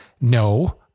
no